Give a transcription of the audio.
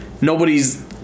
Nobody's